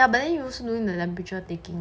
but then you also doing the temperature taking one so